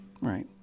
Right